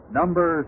number